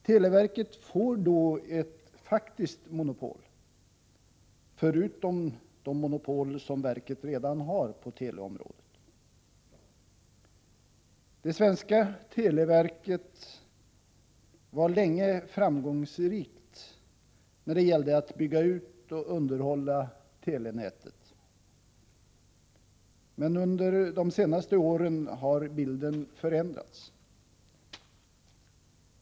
Televerket får då ett faktiskt monopol — förutom de monopol som verket redan har på teleområdet. Det svenska televerket var länge framgångsrikt när det gällde att bygga ut och underhålla telenätet. Men under de senaste åren har bilden förändrats.